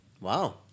Wow